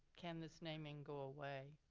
can this naming go away?